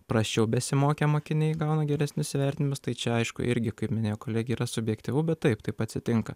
prasčiau besimokę mokiniai gauna geresnius įvertinimus tai čia aišku irgi kaip minėjo kolegė yra subjektyvu bet taip taip atsitinka